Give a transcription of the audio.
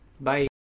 Bye